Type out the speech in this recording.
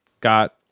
got